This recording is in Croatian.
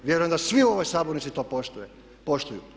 Vjerujem da svi u ovoj sabornici to poštuju.